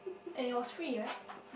and it was free right